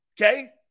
Okay